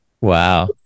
wow